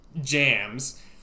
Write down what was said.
jams